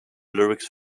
lyrics